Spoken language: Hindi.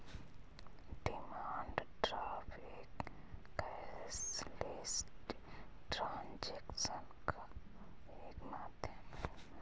डिमांड ड्राफ्ट एक कैशलेस ट्रांजेक्शन का एक माध्यम है